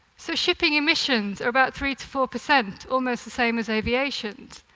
so shipping emissions are about three to four percent, almost the same as aviation's.